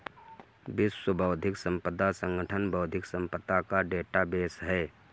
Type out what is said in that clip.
विश्व बौद्धिक संपदा संगठन बौद्धिक संपदा का डेटाबेस है